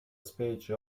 specie